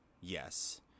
Yes